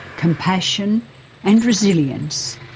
compassion and resilience,